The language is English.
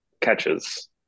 catches